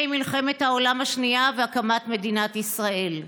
מלחמת העולם השנייה והקמת מדינת ישראל.